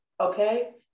Okay